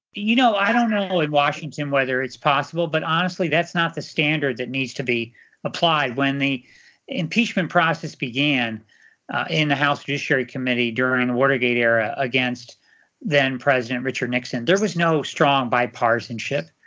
you know, i don't know in washington whether it's possible but honestly that's not the standard that needs to be applied. when the impeachment process began in the house judiciary committee during watergate era against then president richard nixon, there was no strong bipartisanship.